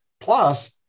plus